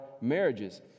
marriages